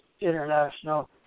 international